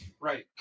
Right